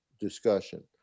discussion